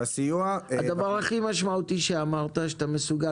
הדבר הכי משמעותי שאמרת זה שאתה מסוגל